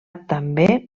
també